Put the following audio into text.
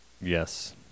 Yes